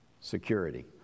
security